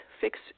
fix